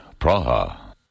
Praha